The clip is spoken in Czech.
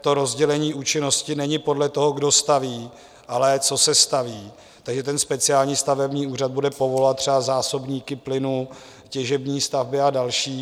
to rozdělení účinnosti není podle toho, kdo staví, ale co se staví, takže speciální stavební úřad bude povolovat třeba zásobníky plynu, těžební stavby a další.